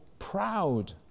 proud